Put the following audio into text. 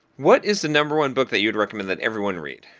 what is the number one book that you'd recommend that everyone read?